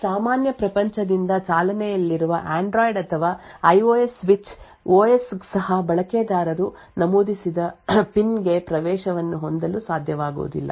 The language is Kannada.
ನಿಮ್ಮ ಸಾಮಾನ್ಯ ಪ್ರಪಂಚದಿಂದ ಚಾಲನೆಯಲ್ಲಿರುವ ಆಂಡ್ರಾಯ್ಡ್ ಅಥವಾ ಐಒಎಸ್ ಸ್ವಿಚ್ ಓಎಸ್ ಸಹ ಬಳಕೆದಾರರು ನಮೂದಿಸಿದ ಪಿನ್ ಗೆ ಪ್ರವೇಶವನ್ನು ಹೊಂದಲು ಸಾಧ್ಯವಾಗುವುದಿಲ್ಲ